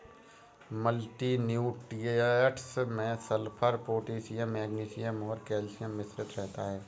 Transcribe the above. multi nutrients में sulphur, potassium magnesium और calcium मिश्रित रहता है